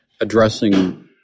addressing